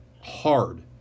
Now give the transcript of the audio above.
hard